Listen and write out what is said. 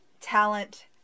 Talent